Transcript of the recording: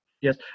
Yes